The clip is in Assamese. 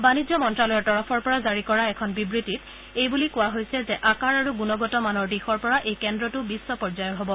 বাণিজ্য মন্তালয়ৰ তৰফৰ পৰা জাৰি কৰা এখন বিবৃতিত এইবুলি কোৱা হৈছে যে আকাৰ আৰু গুণগত মানৰ দিশৰ পৰা এই কেন্দ্ৰটো বিধ্ব পৰ্যায়ৰ হব